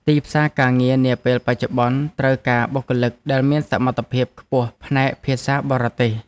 ទីផ្សារការងារនាពេលបច្ចុប្បន្នត្រូវការបុគ្គលិកដែលមានសមត្ថភាពខ្ពស់ផ្នែកភាសាបរទេស។